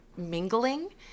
mingling